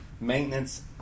maintenance